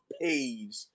page